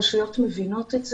הרשויות מבינות את זה,